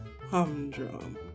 Humdrum